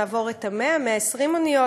נעבור את ה-100 120 אוניות,